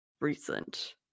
recent